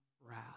wrath